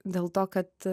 dėl to kad